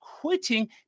quitting